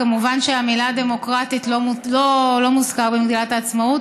כמובן שהמילה דמוקרטית לא מוזכרת במגילת העצמאות,